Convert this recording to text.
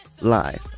live